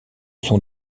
sont